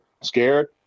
scared